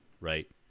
right